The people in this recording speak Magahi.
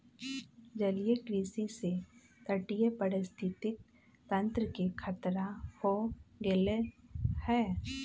जलीय कृषि से तटीय पारिस्थितिक तंत्र के खतरा हो गैले है